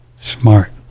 smart